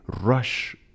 rush